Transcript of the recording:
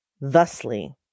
Thusly